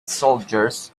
soldiers